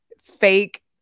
fake